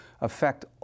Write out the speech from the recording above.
affect